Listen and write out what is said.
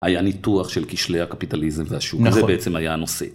היה ניתוח של כשלי הקפיטליזם והשוק, זה בעצם היה הנושא.